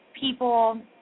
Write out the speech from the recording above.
people